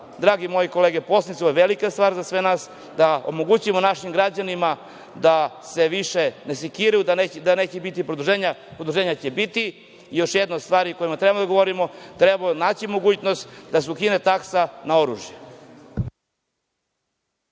moje kolege poslanici, ovo je velika stvar za sve nas, da omogućimo našim građanima da se više ne sekiraju da neće biti produženja. Produženja će biti. Ima još jedna stvar o kojoj treba da govorimo, a to je da se nađe mogućnost da se ukine taksa na oružje.